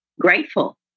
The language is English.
grateful